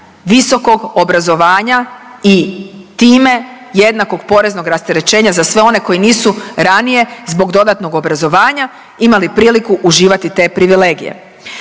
visokog obrazovanja i time jednakog poreznog rasterećenja za sve one koji nisu ranije zbog dodatnog obrazovanja imali priliku uživati te privilegije.